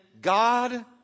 God